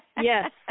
Yes